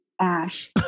ash